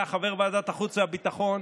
היה חבר ועדת החוץ והביטחון.